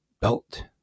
belt